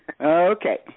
Okay